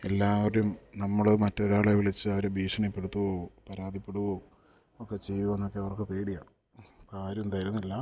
എല്ലാവരും നമ്മൾ മറ്റൊരാളെ വിളിച്ച് അവരെ ഭീഷണിപ്പെടുത്തുമോ പരാതിപ്പെടുമോ ഒക്കെ ചെയ്യുമെന്നൊക്കെ അവർക്ക് പേടിയാണ് ആരും തരുന്നില്ല